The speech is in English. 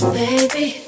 baby